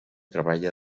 treballa